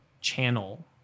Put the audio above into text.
channel